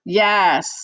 yes